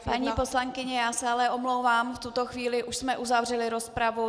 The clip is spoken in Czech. Paní poslankyně, já se ale omlouvám, v tuto chvíli už jsme uzavřeli rozpravu.